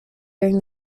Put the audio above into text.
during